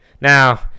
now